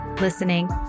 listening